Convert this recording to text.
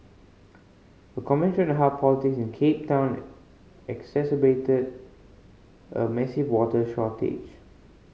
a commentary on how politics in Cape Town exacerbated a massive water shortage